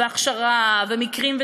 והכשרה ומקרים,